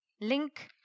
Link